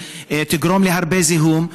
תגרום להרבה זיהום,